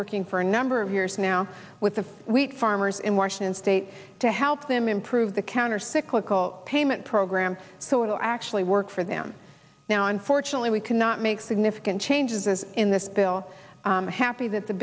working for a number of years now with the wheat farmers in washington state to help them improve the countercyclical payment program so it will actually work for them now unfortunately we cannot make significant changes as in this bill happy that the